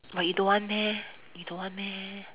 but you don't want meh you don't want meh